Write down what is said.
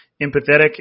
empathetic